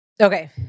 Okay